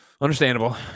understandable